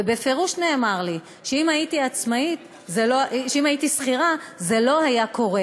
ובפירוש נאמר לי שאם הייתי שכירה זה לא היה קורה.